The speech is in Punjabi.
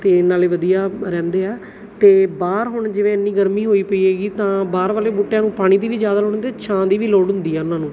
ਅਤੇ ਨਾਲੇ ਵਧੀਆ ਰਹਿੰਦੇ ਆ ਅਤੇ ਬਾਹਰ ਹੁਣ ਜਿਵੇਂ ਐਨੀ ਗਰਮੀ ਹੋਈ ਪਈ ਹੈਗੀ ਤਾਂ ਬਾਹਰ ਵਾਲੇ ਬੂਟਿਆਂ ਨੂੰ ਪਾਣੀ ਦੀ ਵੀ ਜ਼ਿਆਦਾ ਲੋੜ ਹੁੰਦੀ ਛਾਂ ਦੀ ਵੀ ਲੋੜ ਹੁੰਦੀ ਆ ਉਹਨਾਂ ਨੂੰ